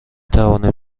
توانیم